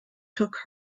took